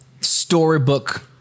storybook